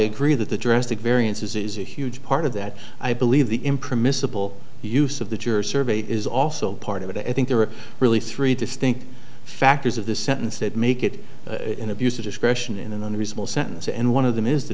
agree that the drastic variances is a huge part of that i believe the imprimis of all use of the juror survey is also part of it i think there are really three distinct factors of the sentence that make it an abuse of discretion in an unreasonable sentence and one of them is the